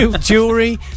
Jewelry